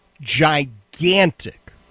Gigantic